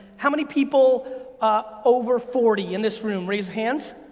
how many people ah over forty in this room, raise hands.